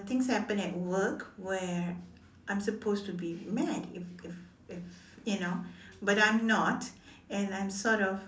things happened at work where I am supposed to be mad if if if you know but I am not and I am sort of